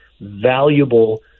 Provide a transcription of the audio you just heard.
valuable